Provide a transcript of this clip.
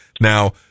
now